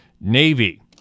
Navy